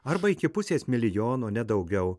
arba iki pusės milijono ne daugiau